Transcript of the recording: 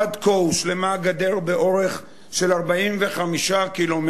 עד כה הושלמה גדר באורך של 45 קילומטר,